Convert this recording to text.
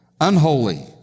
unholy